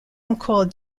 encore